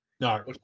No